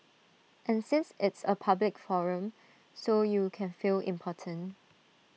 and since it's A public forum so you can feel important